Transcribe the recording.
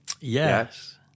yes